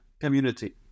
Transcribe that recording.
community